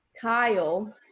Kyle